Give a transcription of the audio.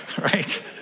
right